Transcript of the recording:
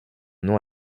nom